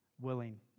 willing